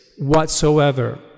whatsoever